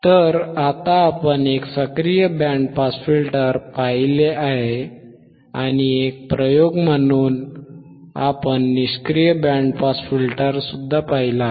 तर आता आपण एक सक्रिय बँड पास फिल्टर पाहिला आहे आणि एक प्रयोग म्हणून आपण निष्क्रिय बँड पास फिल्टर पाहिला आहे